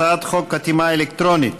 הצעת חוק חתימה אלקטרונית